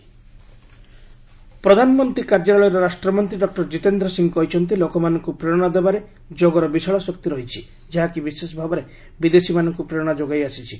yoga fest ପ୍ରଧାନମନ୍ତ୍ରୀ କାର୍ଯ୍ୟାଳୟର ରାଷ୍ଟ୍ରମନ୍ତ୍ରୀ ଡକ୍ଟର କିତେନ୍ଦ୍ର ସିଂ କହିଛନ୍ତି ଲୋକମାନଙ୍କୁ ପ୍ରେରଣା ଦେବାରେ ଯୋଗର ବିଶାଳ ଶକ୍ତି ରହିଛି ଯାହାକି ବିଶେଷଭାବରେ ବିଦେଶୀମାନଙ୍କୁ ପ୍ରେରଣା ଯୋଗାଇ ଆସିଛି